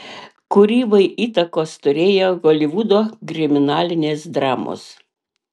kūrybai įtakos turėjo holivudo kriminalinės dramos